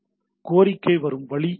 கோரிக்கை வரும் வழி இதுதான்